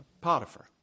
Potiphar